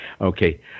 Okay